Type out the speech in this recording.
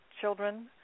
children